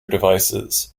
devices